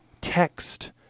text